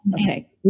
Okay